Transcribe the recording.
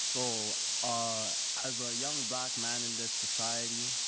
so ah as a young black man in this society